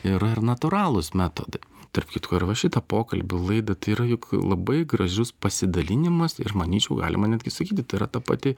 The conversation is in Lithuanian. yra ir natūralūs metodai tarp kitko ir va šita pokalbiu laida tai yra juk labai gražus pasidalinimas ir manyčiau galima netgi sakyti tai yra ta pati